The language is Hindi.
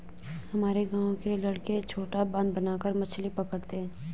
हमारे गांव के लड़के छोटा बांध बनाकर मछली पकड़ते हैं